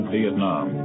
Vietnam